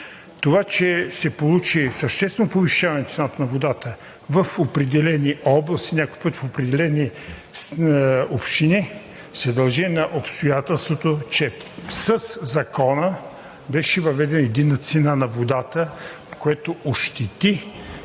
това, че се получи съществено повишаване на цената на водата в определени области, някой път в определени общини, се дължи на обстоятелството, че със Закона беше въведена единна цена на водата, което ощети